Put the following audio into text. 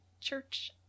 church